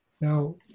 Now